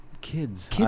kids